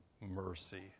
mercy